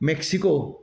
Mexico